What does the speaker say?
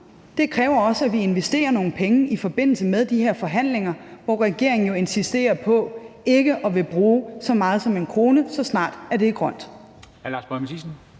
Det kræver også, at vi investerer nogle penge i forbindelse med de her forhandlinger, hvor regeringen insisterer på ikke at ville bruge så meget som en krone, så snart det er grønt.